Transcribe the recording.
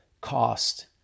cost